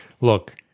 look